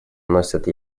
носят